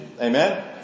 Amen